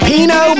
Pino